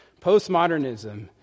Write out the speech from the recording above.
Postmodernism